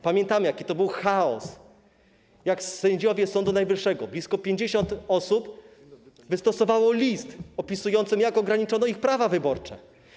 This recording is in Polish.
Pamiętamy, jaki był chaos, jak sędziowie Sądu Najwyższego, blisko 50 osób, wystosowali list opisujący, jak ograniczono ich prawa wyborcze.